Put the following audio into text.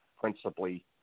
principally